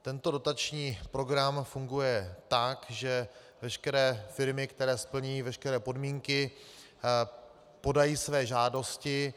Tento dotační program funguje tak, že veškeré firmy, které splňují veškeré podmínky, podají své žádosti.